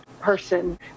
person